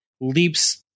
leaps